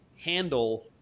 handle